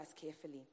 carefully